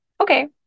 Okay